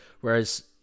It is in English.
whereas